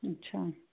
अच्छा